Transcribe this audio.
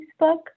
Facebook